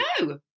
No